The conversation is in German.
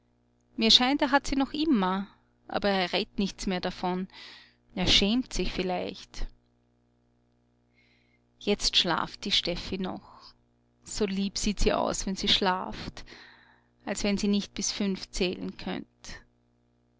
mir scheint er hat sie noch immer aber er red't nichts mehr davon er schämt sich vielleicht jetzt schlaft die steffi noch so lieb sieht sie aus wenn sie schlaft als wenn sie nicht bis fünf zählen könnt